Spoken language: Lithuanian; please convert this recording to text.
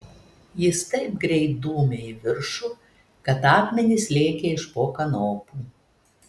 jis taip greit dūmė į viršų kad akmenys lėkė iš po kanopų